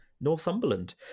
Northumberland